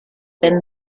ben